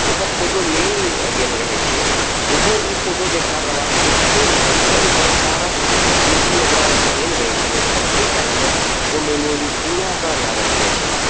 जकर फोटो लेल गेल रहैत छै ओहो ई फोटो देखलाक बाद एतेक प्रसन्न आओर सारा चीज जे भी ओकरा भेल रहैत छलै मतलब ओहि टाइममे ओ मेमोरीज पूरा ओकरा याद आबि जाइत छै